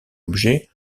objet